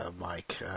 Mike